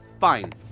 Fine